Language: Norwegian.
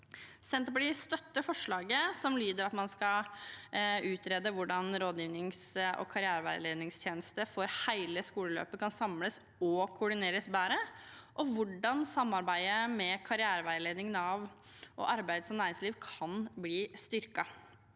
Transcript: Senterpartiet støtter forslaget om at man skal utrede hvordan rådgivnings- og karriereveiledningstjenesten for hele skoleløpet kan samles og koordineres bedre, og hvordan samarbeidet mellom karriereveiledning, Nav og arbeids- og næringsliv kan bli styrket.